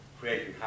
creating